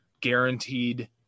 guaranteed